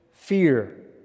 Fear